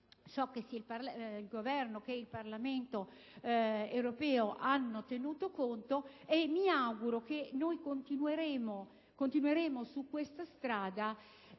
quali il Governo e il Parlamento europeo hanno tenuto conto. Mi auguro che si continui su questa strada,